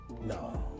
No